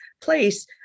place